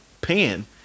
pan